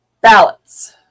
Ballots